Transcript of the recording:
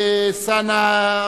אלסאנע,